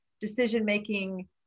decision-making